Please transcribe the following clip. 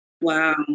Wow